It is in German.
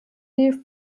die